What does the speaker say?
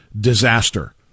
disaster